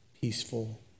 peaceful